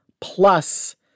plus